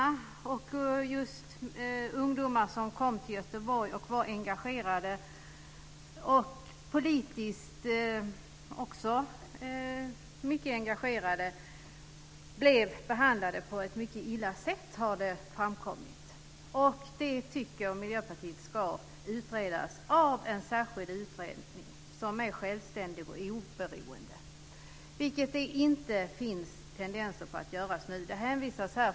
Det har framkommit att ungdomar som kom till Göteborg och var engagerade - också politiskt - blev mycket illa behandlade. Miljöpartiet tycker att händelserna ska utredas av en särskild utredning som är självständig och oberoende. Det finns dock inga tendenser till att detta kommer att ske.